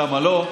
למה לא?